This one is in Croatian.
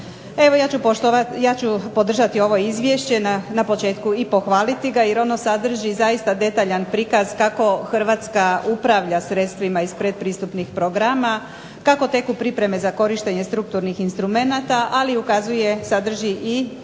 ja ću podržati ovo izvješće na početku i pohvaliti ga jer ono sadrži zaista detaljan prikaz kako Hrvatska upravlja sredstvima iz predpristupnih programa, kako teku pripreme za korištenje strukturnih instrumenata, ali i ukazuje, sadrži i